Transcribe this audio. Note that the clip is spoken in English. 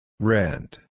Rent